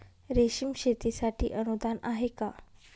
रेशीम शेतीसाठी अनुदान आहे का?